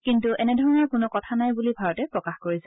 কিন্তু এনেধৰণৰ কোনো কথা নাই বুলি ভাৰতে প্ৰকাশ কৰিছে